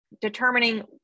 determining